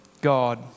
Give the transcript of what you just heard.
God